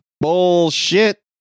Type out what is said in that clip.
Bullshit